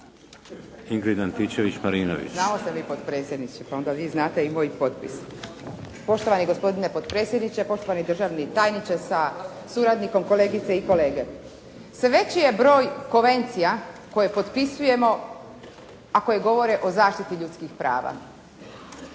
Ingrid (SDP)** Znamo se mi potpredsjedniče, pa onda vi znate i moj potpis. Poštovani gospodine potpredsjedniče, poštovani državni tajniče sa suradnikom, kolegice i kolege. Sve veći je broj konvencija koje potpisujemo, a koje govore o zaštiti ljudskih prava.